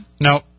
No